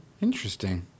interesting